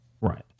Right